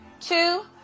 two